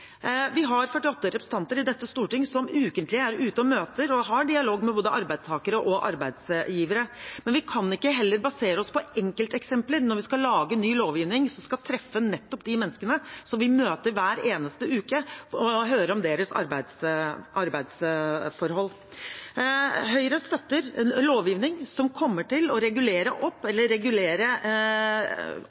Vi har 45 representanter i dette storting som ukentlig er ute og møter – og har dialog med – både arbeidstakere og arbeidsgivere. Men vi kan heller ikke basere oss på enkelteksempler når vi skal lage ny lovgivning som skal treffe nettopp de menneskene som vi møter hver eneste uke, og der vi hører om deres arbeidsforhold. Høyre støtter en lovgivning som kommer til å regulere opp eller